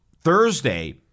Thursday